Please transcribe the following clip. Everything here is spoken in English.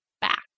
back